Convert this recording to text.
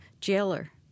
jailer